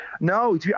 No